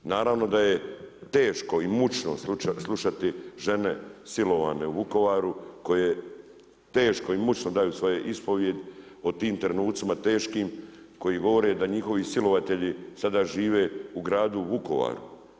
Naravno da je teško i mučno slušati žene silovane u Vukovaru koje teško i mučno daju svoje ispovijedi o tim trenucima teškim koji govore da njihovi silovatelji sada žive u gradu Vukovaru.